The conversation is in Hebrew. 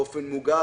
באופן מוגן,